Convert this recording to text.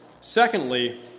Secondly